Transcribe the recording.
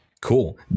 Cool